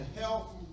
health